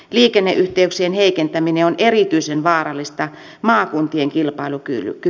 liikenneyhteyksien heikentäminen on erityisen vaarallista maakuntien kilpailukyvylle